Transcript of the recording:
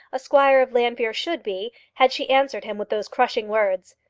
a squire of llanfeare should be, had she answered him with those crushing words.